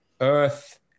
earth